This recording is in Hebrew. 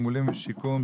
תגמולים ושיקום,